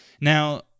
Now